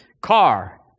car